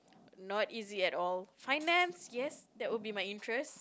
not easy at all finance yes that would be my interest